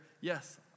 yes